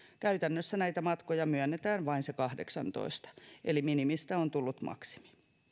käytännössä näitä matkoja myönnetään vain se kahdeksantoista eli minimistä on tullut maksimi